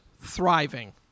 thriving